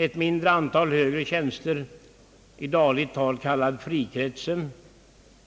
Ett mindre antal högre tjänster — i dagligt tal kallade »frikretsen»,